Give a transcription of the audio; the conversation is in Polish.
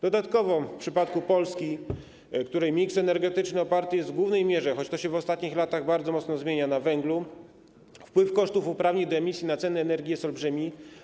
Dodatkowo w przypadku Polski, której miks energetyczny oparty jest w głównej mierze, choć to się w ostatnich latach bardzo mocno zmienia, na węglu, wpływ kosztów uprawnień do emisji na cenę energii jest olbrzymi.